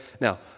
Now